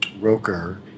Roker